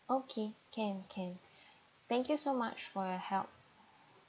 okay can can thank you so much for your help